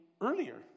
earlier